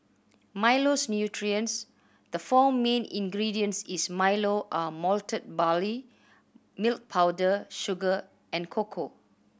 Milo's nutrients the four main ingredients is Milo are malted barley milk powder sugar and cocoa